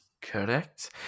Correct